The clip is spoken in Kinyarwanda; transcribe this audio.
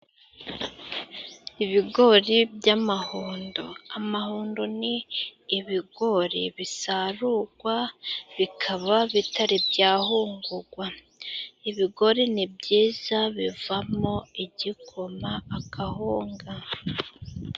Ibigori by'amahundo, amahundo ni ibigori bisarugwa bikaba bitari bya hungugwa. Ibigori ni nibyiza bivamo igikoma n'agahunga.